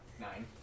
Nine